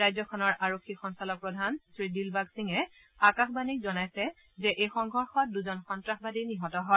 ৰাজ্যখনৰ আৰক্ষী সঞ্চালকপ্ৰধান শ্ৰী দিলবাগ সিঙে আকাশবাণীক জনাইছে যে এই সংঘৰ্ষত দুজন সন্নাসবাদী নিহত হয়